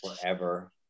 forever